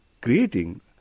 creating